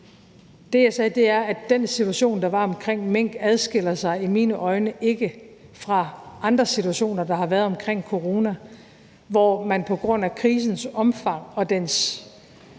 Det, jeg sagde, var, at den situation, der var omkring mink, i mine øjne ikke adskiller sig fra andre situationer, der har været omkring corona, hvor man på grund af krisens omfang og dens